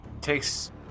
takes